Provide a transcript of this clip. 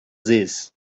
this